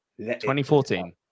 2014